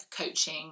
coaching